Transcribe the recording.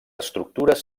estructures